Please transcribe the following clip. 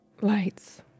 Lights